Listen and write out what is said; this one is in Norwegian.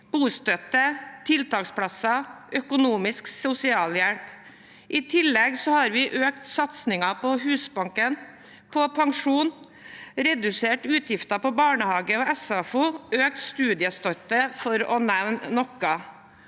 bostøtte, tiltaksplasser og økonomisk sosialhjelp. I tillegg har vi økt satsingen på Husbanken og på pensjon, redusert utgifter på barnehage og SFO og økt studiestøtten, for å nevne noe.